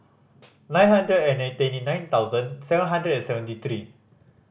nine hundred and twenty nine thousand seven hundred and seventy three